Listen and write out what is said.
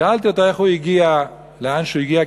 שאלתי אותו איך הוא הגיע לאן שהוא הגיע,